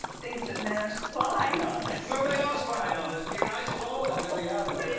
thinks that men are spying on us. no, they are spying on us dear. i saw them in the alleyway.